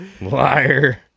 Liar